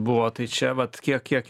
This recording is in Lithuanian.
buvo tai čia vat kiek kiek